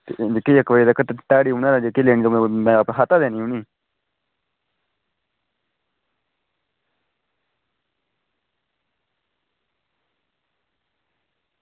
ते मिगी इक बजे तक ध्याड़ी उनें जेह्की लेनी ते में अपने खाता दा देनी उनेंगी